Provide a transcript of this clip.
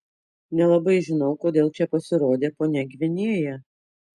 nelabai žinau kodėl čia pasirodė ponia gvinėja